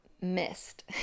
missed